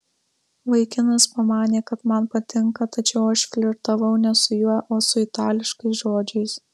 vaikinas pamanė kad man patinka tačiau aš flirtavau ne su juo o su itališkais žodžiais